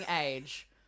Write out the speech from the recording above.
age